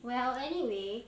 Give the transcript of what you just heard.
well anyway